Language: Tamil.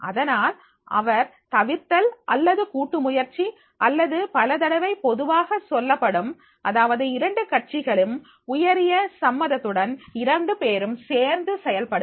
அதனால் அவர் தவிர்த்தல் அல்லது கூட்டு முயற்சி அல்லது பலதடவை பொதுவாக சொல்லப்படும் அதாவது இரண்டு கட்சிகளும் உயரிய சம்மதத்துடன் இரண்டு பேரும் சேர்ந்து செயல்படுவர்